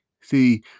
See